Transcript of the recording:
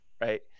Right